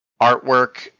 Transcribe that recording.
artwork